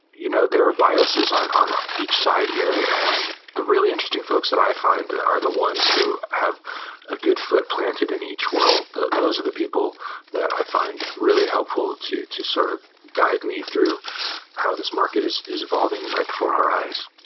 you know there are biases on on each side here, and the really interesting folks that i find are the ones who have a good foot planted in each world. those are the people that i find really helpful to to sort of guide me through how this market is is evolving right before our eyes.